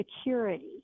Security